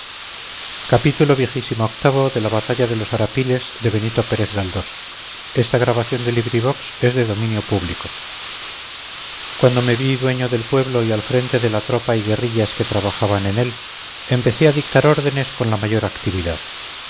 menos de doscientos y doscientos cuando me vi dueño del pueblo y al frente de la tropa y guerrillas que trabajaban en él empecé a dictar órdenes con la mayor actividad